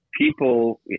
people